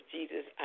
Jesus